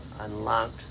unlocked